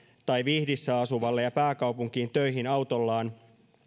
tai vihdissä asuvalle ja pääkaupunkiin töihin autollaan